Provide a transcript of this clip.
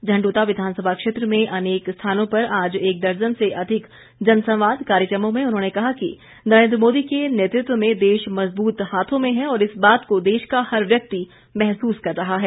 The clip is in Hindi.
झंड्ता विधानसभा क्षेत्र में अनेक स्थानों पर आज एक दर्जन से अधिक जनसंवाद कार्यक्रमों में उन्होंने कहा कि नरेन्द्र मोदी के नेतृत्व में देश मजबूत हाथों में है और इस बात को देश का हर व्यक्ति महसूस कर रहा है